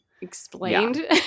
explained